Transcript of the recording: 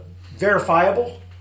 verifiable